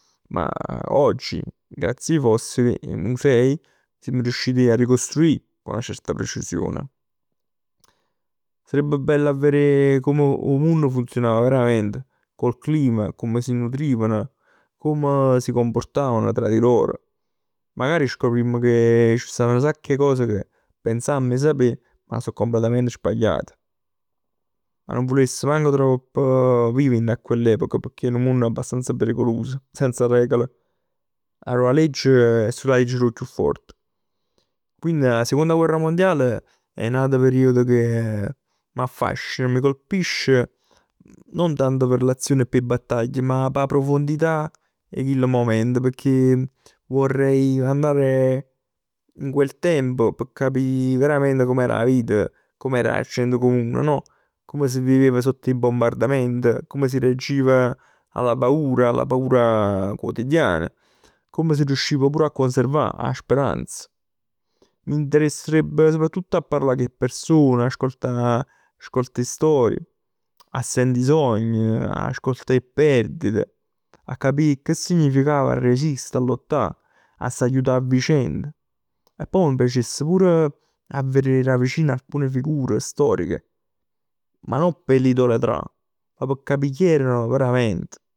Ma oggi grazie ai fossili, i musei, simm riusciti a ricostruì cu 'na certa precision. Sarebbe bello a verè come 'o munn funzionava verament, con il clima, come si nutrivano. Come si comportavano tra di loro. Magari scoprimm che c' stann nu sacc 'e cose che pensamm 'e sapè, ma so completamente sbagliate. Ma nun vuless manc tropp vive dint 'a quell'epoca, pecchè è nu munn abbastanza pericoloso, senza regole. Arò 'a legg è sul 'a legge d' 'o chiù fort. Quindi 'a Seconda Guerra Mondiale è n'ato periodo che m'affascina, mi colpisce, non tanto per le azioni e p' 'e battaglie, ma p' 'a profondità 'e chillu moment pecchè vorrei andare in quel tempo p' capì veramente come era 'a vita, come era 'a gente comune no? Come si viveva sott 'e bombardament, come si reagiva alla paura, alla paura quotidiana. Come si riusciva pure a conservà 'a speranza. Mi interesserebbe soprattutto a parlà cu 'e person. Ascoltà, ascoltà 'e storie, a sent 'e sogni, a sent 'e perdite. A capì che significava a resiste, a s' aiutà a vicenda. E poi mi piacess pur 'a verè 'a vicino certe figure storiche. Ma non p' l'idolatrà, ma p' capì chi erano verament.